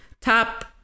Top